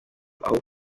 aho